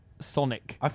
Sonic